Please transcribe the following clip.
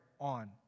on